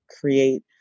create